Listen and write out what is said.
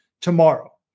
tomorrow